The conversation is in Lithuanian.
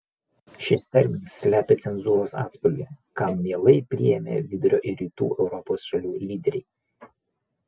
šis terminas slepia cenzūros atspalvį kam mielai priėmė vidurio ir rytų europos šalių lyderiai